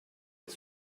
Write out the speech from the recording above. les